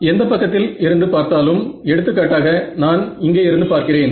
எந்தப் பக்கத்தில் இருந்து பார்த்தாலும் எடுத்துக்காட்டாக நான் இங்கே இருந்து பார்க்கிறேன்